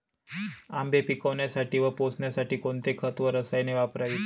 आंबे पिकवण्यासाठी व पोसण्यासाठी कोणते खत व रसायने वापरावीत?